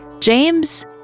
James